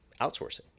outsourcing